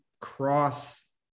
cross